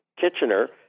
Kitchener